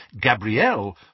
Gabrielle